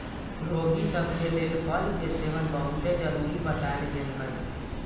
रोगि सभ के लेल फल के सेवन बहुते जरुरी बतायल गेल हइ